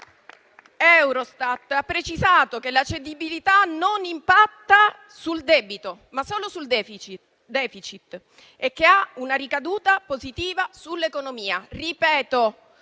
Eurostat ha precisato che la cedibilità non impatta sul debito, ma solo sul *deficit*, e ha una ricaduta positiva sull'economia,